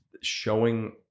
showing